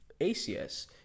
ACS